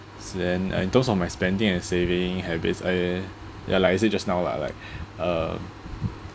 so then uh in terms of my spending and saving habits uh ya like I said just now lah like uh